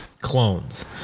clones